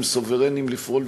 הם סוברניים לפעול,